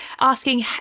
asking